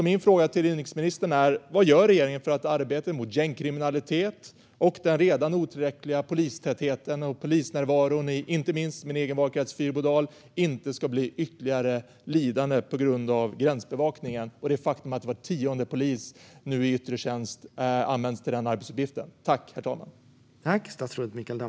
Min fråga till inrikesministern är: Vad gör regeringen för att arbetet mot gängkriminalitet och mot den redan otillräckliga polistätheten och polisnärvaron, inte minst i min egen valkrets Fyrbodal, inte ska bli ytterligare lidande på grund av gränsbevakningen och det faktum att var tionde polis i yttre tjänst nu används till den arbetsuppgiften?